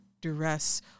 duress